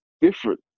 different